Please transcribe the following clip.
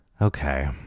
Okay